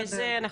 נכון.